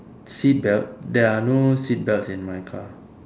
seatbelt there are no seatbelts in my car